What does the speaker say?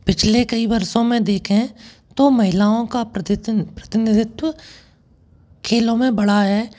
पिछले कई वर्षों में देखें तो महिलाओं का प्रतितन प्रतिनिधित्व खेलों में बढ़ा है